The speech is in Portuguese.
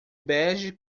bege